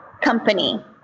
company